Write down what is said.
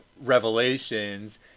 revelations